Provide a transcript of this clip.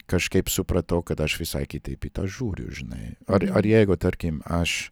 kažkaip supratau kad aš visai kitaip į tą žiūriu žinai ar ar jeigu tarkim aš